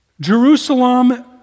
Jerusalem